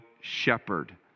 shepherd